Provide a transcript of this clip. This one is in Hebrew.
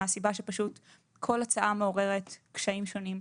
מהסיבה שכל הצעה מעוררת קשיים שונים.